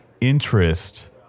interest